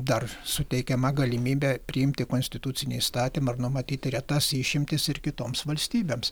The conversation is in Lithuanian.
dar suteikiama galimybė priimti konstitucinį įstatymą ir numatyti retas išimtis ir kitoms valstybėms